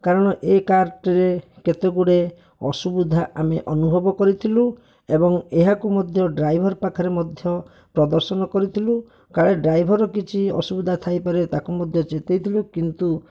କାରଣ ଏଇ କାର୍ଟିରେ କେତେ ଗୁଡ଼ିଏ ଅସୁବିଧା ଆମେ ଅନୁଭବ କରିଥିଲୁ ଏବଂ ଏହାକୁ ମଧ୍ୟ ଡ୍ରାଇଭର ପାଖରେ ମଧ୍ୟ ପ୍ରଦର୍ଶନ କରିଥିଲୁ କାଳେ ଡ୍ରାଇଭର କିଛି ଅସୁବିଧା ଥାଇପାରେ ତାକୁ ମଧ୍ୟ ଚେତେଇ ଥିଲୁ କିନ୍ତୁ